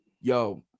yo